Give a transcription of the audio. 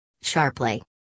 sharply